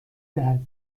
دهد